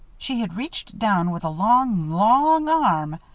she had reached down with a long, long arm,